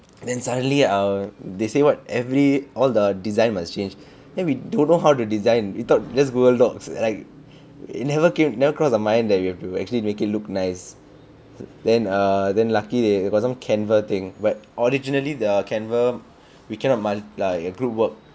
then suddenly ah they say what every all the design must change then we don't know how to design we thought just Google docs like it never came never crossed our mind that we have to actually make it look nice then err then lucky they got some canva thing but originally the canva we cannot mul~ like group work